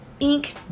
ink